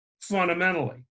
fundamentally